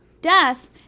death